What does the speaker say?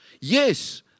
Yes